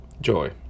joy